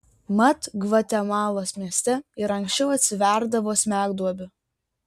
mat gvatemalos mieste ir anksčiau atsiverdavo smegduobių